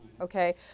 okay